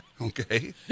Okay